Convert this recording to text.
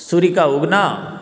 सूर्य का उगना